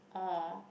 !aww!